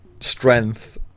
strength